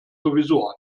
sowieso